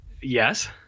yes